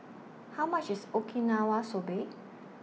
How much IS Okinawa Soba